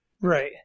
Right